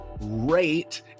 rate